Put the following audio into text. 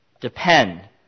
Depend